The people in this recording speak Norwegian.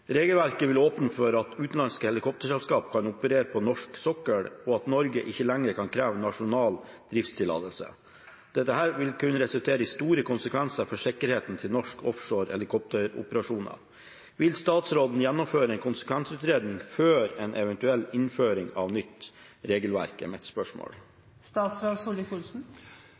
Regelverket vil åpne for at utenlandske helikopterselskaper kan operere på norsk sokkel, og at Norge ikke lenger kan kreve nasjonal driftstillatelse. Dette vil kunne resultere i store konsekvenser for sikkerheten til norsk offshore helikopteroperasjoner. Vil statsråden gjennomføre en konsekvensutredning før en eventuell innføring av nytt